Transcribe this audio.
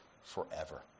forever